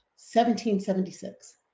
1776